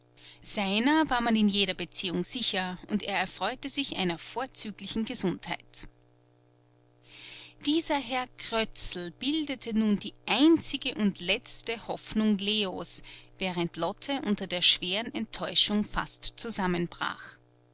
seiner war man in jeder beziehung sicher und er erfreute sich einer vorzüglichen gesundheit dieser herr krötzl bildete nun die einzige und letzte hoffnung leos während lotte unter der schweren enttäuschung fast zusammenbrach